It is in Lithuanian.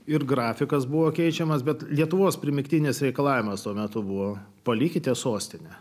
ir grafikas buvo keičiamas bet lietuvos primygtinis reikalavimas to meto buvo palikite sostinę